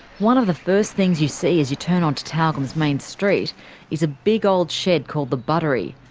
one of the first things you see as you turn onto tyalgum's main street is a big old shed called the buttery,